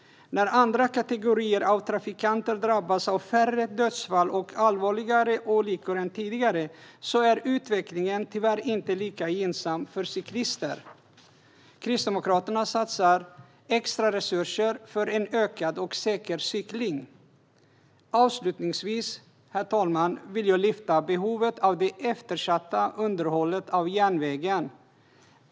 När andra kategorier av trafikanter drabbas av färre dödsfall och färre allvarliga olyckor än tidigare är utvecklingen tyvärr inte lika gynnsam för cyklister. Kristdemokraterna satsar extra resurser för en ökad och säker cykling. Herr talman! Avslutningsvis vill jag ta upp behovet av att åtgärda det eftersatta underhållet av järnvägen.